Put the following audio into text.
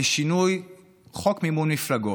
לשינוי חוק מימון מפלגות,